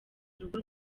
urugo